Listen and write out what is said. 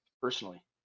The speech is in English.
personally